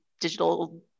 digital